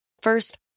First